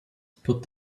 put